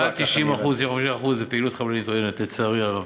מעל 90% זה פעילות חבלנית עוינת, לצערי הרב.